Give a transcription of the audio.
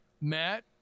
Matt